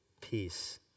peace